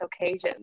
occasions